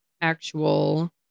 actual